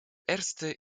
erste